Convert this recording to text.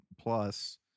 Plus